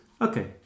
Okay